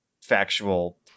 factual